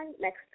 next –